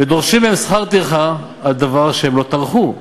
ודורשים מהם שכר טרחה על דבר שהם לא טרחו בו.